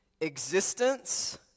existence